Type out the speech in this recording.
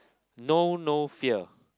know no fear